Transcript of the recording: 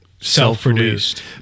self-produced